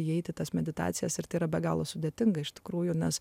įeiti tas meditacijas ir tai yra be galo sudėtinga iš tikrųjų nes